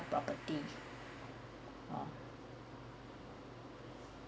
property hmm